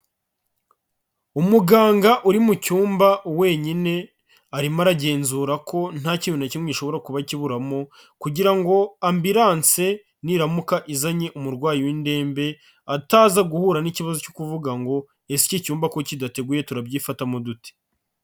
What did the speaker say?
Umuganga uri mu cyumba wenyine, arimo aragenzura ko nta kintu na kimwe gishobora kuba kiburamo kugira ngo ambulance niramuka izanye umurwayi w'indembe, ataza guhura n'ikibazo cyo kuvuga ngo "Ese iki cyumba ko kidateguye turabyifatamo dute?"